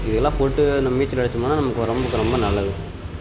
இதெல்லாம் போட்டு நம்ம நீச்சல் அடித்தோம்னா தான் நமக்கு உடம்புக்கு ரொம்ப நல்லது